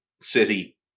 City